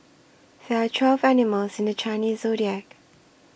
there are twelve animals in the Chinese zodiac